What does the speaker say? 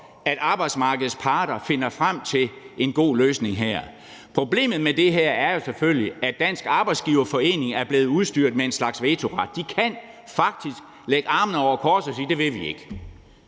at arbejdsmarkedets parter finder frem til en god løsning her. Problemet med det her er jo selvfølgelig, at Dansk Arbejdsgiverforening er blevet udstyret med en slags vetoret – de kan faktisk lægge armene over kors og sige: Det vil vi ikke.